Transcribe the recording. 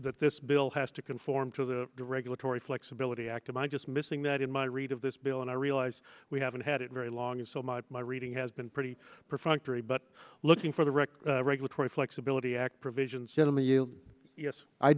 that this bill has to conform to the regulatory flexibility act of i'm just missing that in my read of this bill and i realize we haven't had it very long and so my reading has been pretty perfunctory but looking for the record regulatory flexibility act provisions